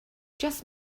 just